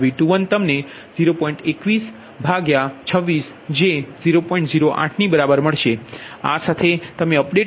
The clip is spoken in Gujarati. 15 ડિગ્રી મળશે અને ∆V21તમને 0